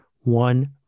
one